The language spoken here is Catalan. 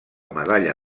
medalla